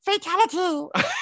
fatality